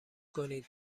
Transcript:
کنید